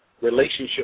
relationship